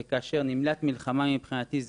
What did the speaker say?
כאשר נמלט מלחמה מבחינתי,